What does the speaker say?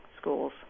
schools